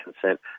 consent